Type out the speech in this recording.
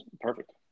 Perfect